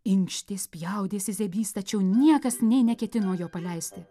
inkštė spjaudėsi zebys tačiau niekas nė neketino jo paleisti